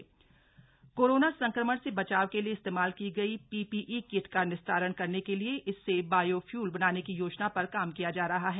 PPE kit corona संक्रमण से बचाव के लिए इस्तेमाल की गई पीपीई किट का निस्तारण करने के लिए इससे बायोफ्यूल बनाने की योजना पर काम किया जा रहा है